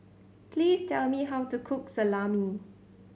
please tell me how to cook Salami